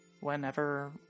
whenever